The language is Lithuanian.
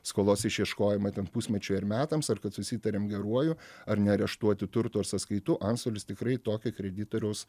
skolos išieškojimą ten pusmečiui ar metams ar kad susitariam geruoju ar neareštuoti turto ar sąskaitų antstolis tikrai tokį kreditoriaus